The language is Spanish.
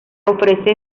ofrece